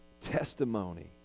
testimony